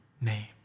name